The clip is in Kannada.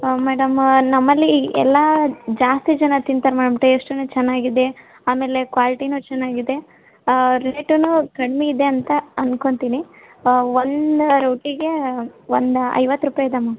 ಓ ಮೇಡಮ್ ನಮ್ಮಲ್ಲಿ ಎಲ್ಲ ಜಾಸ್ತಿ ಜನ ತಿಂತಾರೆ ಮ್ಯಾಮ್ ಟೇಸ್ಟುನು ಚೆನ್ನಾಗಿದೆ ಆಮೇಲೆ ಕ್ವಾಲಿಟಿಯೂ ಚೆನ್ನಾಗಿದೆ ರೇಟುನು ಕಡ್ಮೆ ಇದೆ ಅಂತ ಅಂದ್ಕೊಳ್ತೀನಿ ಒಂದು ರೋಟಿಗೆ ಒಂದು ಐವತ್ತು ರೂಪಾಯಿ ಇದೆ ಮ್ಯಾಮ್